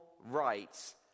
rights